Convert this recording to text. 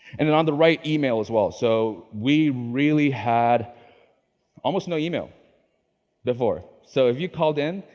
and then on the right, email as well. so we really had almost no email before. so if you called in,